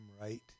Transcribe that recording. right